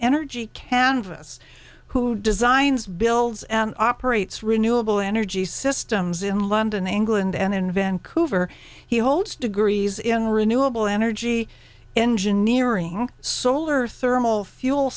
energy canvas who designs builds and operates renewable energy systems in london england and in vancouver he holds degrees in renewable energy engineering solar